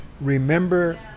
Remember